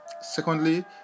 Secondly